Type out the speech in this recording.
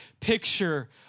picture